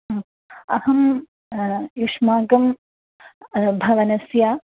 अहं युष्माकं भवनस्य